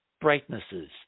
brightnesses